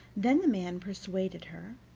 then the man persuaded her,